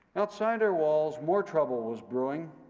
outside our walls, more trouble was brewing.